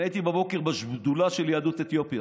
אני הייתי בבוקר בשדולה של יהדות אתיופיה.